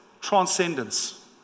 transcendence